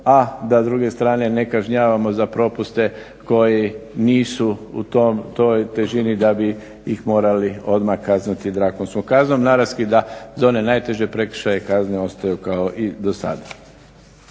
a da s druge strane ne kažnjavamo za propuste koji nisu u toj težini da bi ih morali odmah kazniti drakonskom kaznom. Naravski da za one najteže prekršaje kazne ostaju kao i do sada.